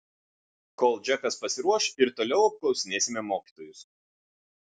kol džekas pasiruoš ir toliau apklausinėsime mokytojus